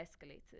escalated